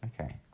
Okay